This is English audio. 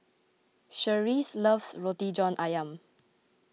Cherise loves Roti John Ayam